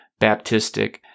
Baptistic